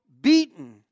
beaten